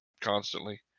constantly